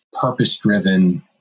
purpose-driven